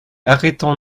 arrêtons